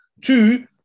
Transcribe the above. Two